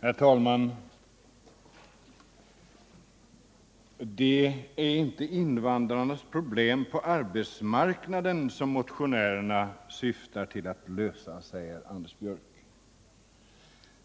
Herr talman! Det är inte invandrarnas problem på arbetsmarknaden som motionärerna syftar till att lösa, säger Anders Björck.